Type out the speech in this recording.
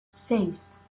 seis